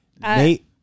Nate